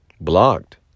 blocked